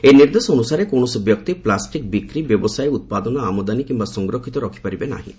ଏହି ନିର୍ଦ୍ଦେଶ ଅନୁସାରେ କୌଣସି ବ୍ୟକ୍ତି ପ୍ଲାଷ୍ଟିକ୍ ବିକ୍ରି ବ୍ୟବସାୟ ଉପାଦନ ଆମଦାନୀ କିମ୍ବା ସଂରକ୍ଷିତ ରଖ୍ପାରିବେ ନାହିଁ